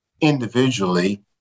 individually